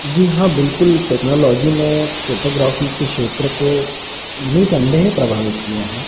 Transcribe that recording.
जी हाँ बिलकुल टेक्नोलोजी ने फोटोग्राफी के क्षेत्र को निसंदेह प्रभावित किया है